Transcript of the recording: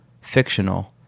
fictional